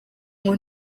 ngo